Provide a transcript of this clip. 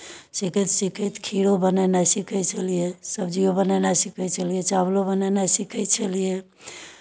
सीखैत सीखैत खीरो बनेनाइ सीखै छलियै सब्जिओ बनेनाइ सीखै छलियै चावलो बनेनाइ सीखै छलियै